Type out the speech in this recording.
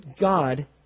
God